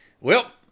Well